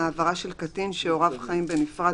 (5)העברה של קטין שהוריו חיים בנפרד